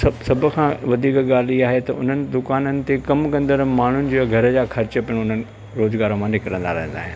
सभु सभु खां वधीक ॻाल्हि इहा आहे त उन्हनि दुकाननि ते कमु कंदड़ु माण्हुनि जो घर जा ख़र्चु पिण हुननि रोज़गार मां निकिरींदा रहंदा आहिनि